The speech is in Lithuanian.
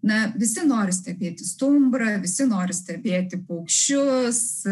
na visi nori stebėti stumbrą visi nori stebėti paukščius